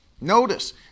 Notice